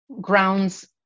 grounds